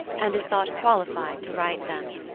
and is thought qualified to write them.